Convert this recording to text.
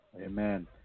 Amen